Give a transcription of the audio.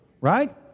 right